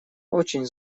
очень